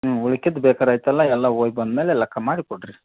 ಹ್ಞೂ ಉಳ್ದಿದ್ ಬೇಕಾರೆ ಐತಲ್ಲ ಎಲ್ಲ ಹೋಗ್ ಬಂದ ಮೇಲೆ ಲೆಕ್ಕ ಮಾಡಿ ಕೊಡಿರಿ